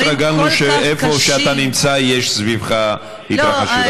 אנחנו התרגלנו שאיפה שאתה נמצא יש סביבך התרחשות,